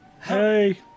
Hey